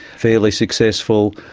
fairly successful,